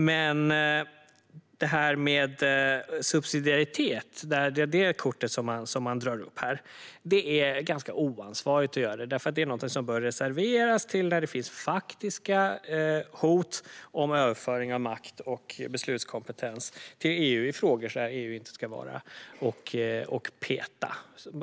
Men att dra upp subsidiaritetskortet, som man gör här, är ganska oansvarigt, för det bör reserveras till när det finns faktiska hot om överföring av makt och beslutskompetens till EU i frågor där EU inte ska vara och peta.